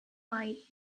might